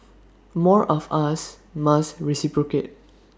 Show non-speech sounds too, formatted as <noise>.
<noise> more of us must reciprocate